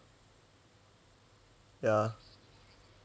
ya